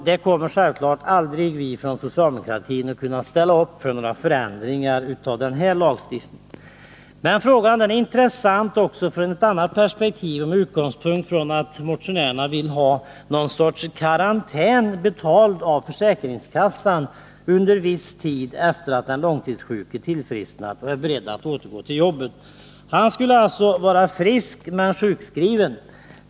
De kommer självfallet aldrig att kunna räkna med att socialdemokratin skall ställa upp för sådana förändringar av denna lagstiftning. Men frågan är intressant också från ett annat perspektiv. Motionärerna vill ha någon sorts karantän, betald av försäkringskassan, under viss tid efter det att den långtidssjuke tillfrisknat och är beredd att återgå till jobbet. Han skulle alltså vara frisk, men sjukskriven.